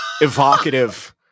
evocative